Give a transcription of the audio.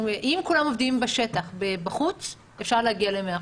אם כולם עובדים בשטח, בחוץ, אפשר להגיע ל-100%.